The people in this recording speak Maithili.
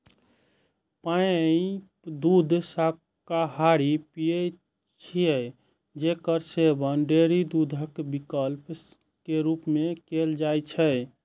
पाइप दूध शाकाहारी पेय छियै, जेकर सेवन डेयरी दूधक विकल्प के रूप मे कैल जाइ छै